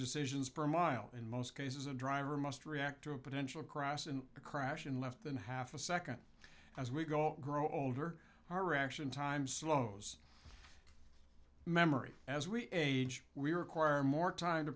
decisions per mile in most cases a driver must react to a potential cross in a crash in left than half a second as we go grow older her reaction time slows memory as we age we require more time to